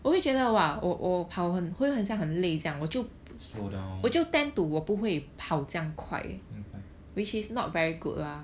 slow down 明白